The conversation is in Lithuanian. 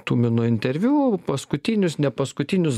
tumino interviu paskutinius nepaskutinius